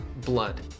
blood